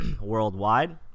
worldwide